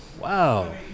Wow